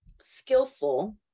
skillful